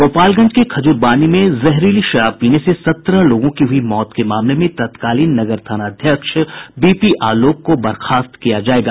गोपालगंज के खजुरबानी में जहरीली शराब पीने से सत्रह लोगों की हुई मौत के मामले में तत्कालीन नगर थानाध्यक्ष बीपी आलोक को बर्खास्त किया जायेगा